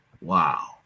Wow